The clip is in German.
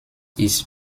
ist